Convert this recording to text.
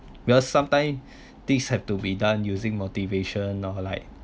because sometimes things have to be done using motivation or like